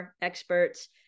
experts